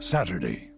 Saturday